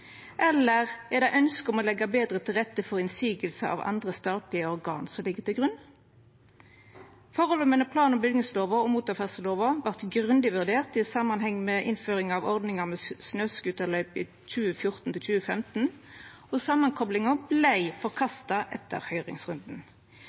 Eller er det ønsket om å leggja betre til rette for innseiingar frå andre statlege organ som ligg til grunn? Forholdet mellom plan- og bygningslova og motorferdselslova vart grundig vurdert i samanheng med innføringa av ordninga med snøscooterløyper i 2014–2015, og samankoplinga